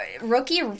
rookie